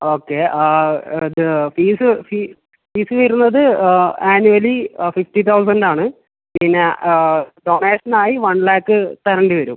okay അത് fees fee fees വരുന്നത് annually fifty thousand ആണ് പിന്നെ ഡോണേഷനായി വൺ ലാക്ക് തരേണ്ടി വരും